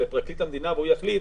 או לפרקליט המדינה והוא יחליט,